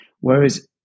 Whereas